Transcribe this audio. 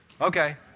Okay